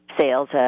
sales